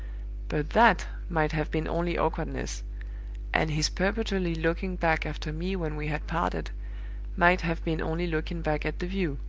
but that might have been only awkwardness and his perpetually looking back after me when we had parted might have been only looking back at the view.